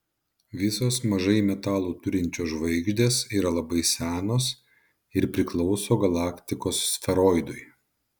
visos mažai metalų turinčios žvaigždės yra labai senos ir priklauso galaktikos sferoidui